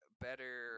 better